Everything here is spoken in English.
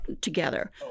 together